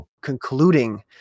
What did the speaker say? concluding